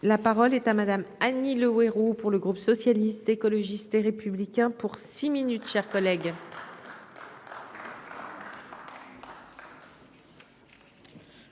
La parole est à madame Annie Le Houerou pour le groupe socialiste, écologiste et républicain pour six minutes chers collègues.